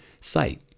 sight